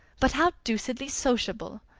but how deucedly sociable!